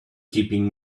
keeping